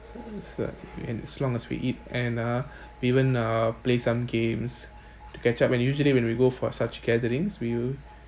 it's uh and as long as we eat and uh even uh play some games to catch up and usually when we go for such gatherings we will